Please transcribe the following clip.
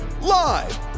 Live